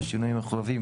בשינויים המחויבים.